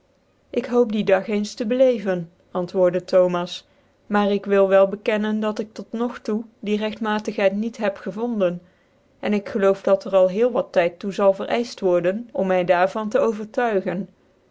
ik hoop die dag eens tc beleven antwoordc thomas maar ik wil wel bekennen dat ik tot nog toe die regtmatighcid niet heb gevonde en ik geloof dat er al heel wat tyt toe zal vcreifcht worden om my daar van te overtuigen